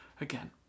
again